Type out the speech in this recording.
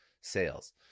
sales